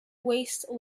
waste